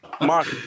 Mark